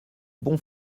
bon